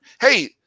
Hey